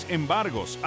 embargos